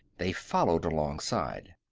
they followed alongside.